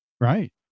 Right